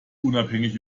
unabhängig